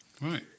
Right